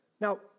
Now